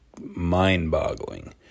mind-boggling